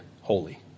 holy